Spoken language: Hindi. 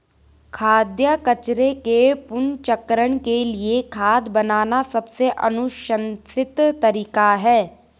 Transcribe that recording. खाद्य कचरे के पुनर्चक्रण के लिए खाद बनाना सबसे अनुशंसित तरीका है